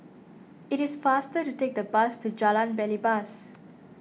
it is faster to take the bus to Jalan Belibas